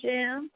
Jam